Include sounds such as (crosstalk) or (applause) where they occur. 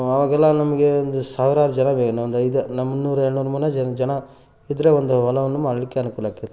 ಆವಾಗೆಲ್ಲ ನಮಗೆ ಒಂದು ಸಾವಿರಾರು ಜನ ಬೆ ಒಂದು ಐದು ನಮ್ಮ ಮುನ್ನೂರು ಏಳುನೂರು (unintelligible) ಜನ ಇದ್ದರೆ ಒಂದು ಹೊಲವನ್ನು ಮಾಡಲಿಕ್ಕೆ ಅನುಕೂಲ ಆಗ್ತಿತ್ತು